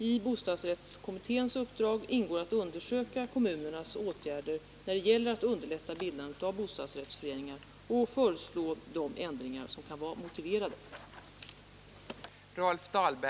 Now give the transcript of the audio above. I bostadsrättskommitténs uppdrag ingår att undersöka kommunernas åtgärder när det gäller att underlätta bildandet av bostadsrättsföreningar och föreslå de ändringar som kan vara motiverade.